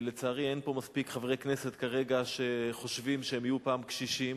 לצערי אין פה כרגע מספיק חברי כנסת שחושבים שהם יהיו פעם קשישים,